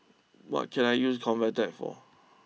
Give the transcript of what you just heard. what can I use ConvaTec for